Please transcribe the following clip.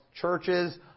churches